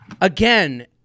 again